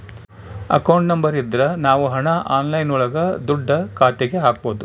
account number ಇದ್ರ ನಾವ್ ಹಣ ಆನ್ಲೈನ್ ಒಳಗ ದುಡ್ಡ ಖಾತೆಗೆ ಹಕ್ಬೋದು